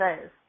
says